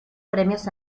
premios